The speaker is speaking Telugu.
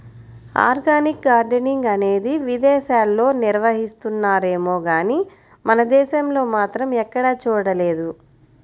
ఆర్గానిక్ గార్డెనింగ్ అనేది విదేశాల్లో నిర్వహిస్తున్నారేమో గానీ మన దేశంలో మాత్రం ఎక్కడా చూడలేదు